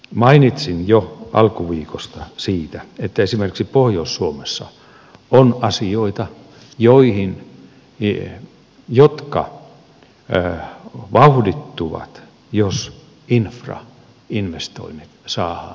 mainitsin jo alkuviikosta siitä että esimerkiksi pohjois suomessa on asioita jotka vauhdittuvat jos infrainvestoinnit saadaan kohtuullisesti hoidettua